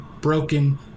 broken